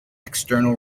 external